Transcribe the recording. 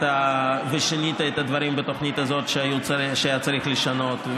ושינית את הדברים בתוכנית הזאת שהיה צריך לשנות.